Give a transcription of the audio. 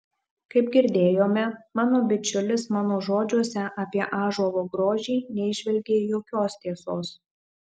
kaip girdėjome mano bičiulis mano žodžiuose apie ąžuolo grožį neįžvelgė jokios tiesos